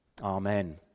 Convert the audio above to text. amen